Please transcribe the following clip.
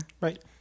right